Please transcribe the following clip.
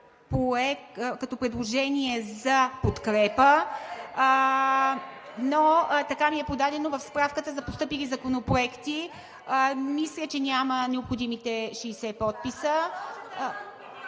тоест предложение за подкрепа, но така ни е подадено в справката за постъпили законопроекти. Мисля, че няма необходимите 60 подписа…